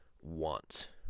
want